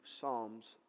Psalms